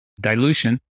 dilution